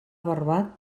barbat